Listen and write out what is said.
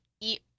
eat